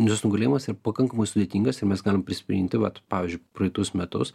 jos nugalėjimas yra pakankamai sudėtingas ir mes galim prisiminti vat pavyzdžiui praeitus metus